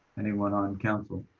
anyone on council?